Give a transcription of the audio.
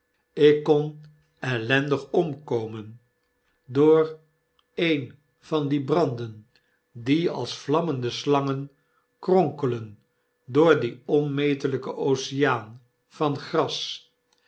ik kon ellendig omkomen door een van die branden die als vlammende slangen kronkelen door dien onmetelyken oceaan van gras